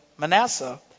Manasseh